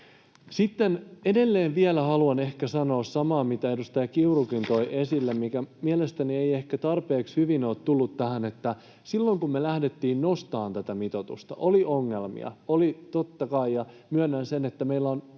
Sitten edelleen haluan sanoa samaa, mitä edustaja Kiurukin toi esille, mikä mielestäni ei ehkä tarpeeksi hyvin ole tullut tähän. Silloin kun me lähdettiin nostamaan tätä mitoitusta, oli ongelmia, oli totta kai, ja myönnän sen, että meillä on